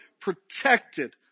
protected